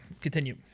continue